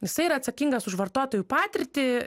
jisai yra atsakingas už vartotojų patirtį